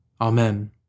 Amen